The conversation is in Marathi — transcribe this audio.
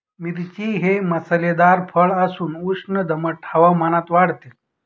मिरची हे मसालेदार फळ असून उष्ण दमट हवामानात वाढते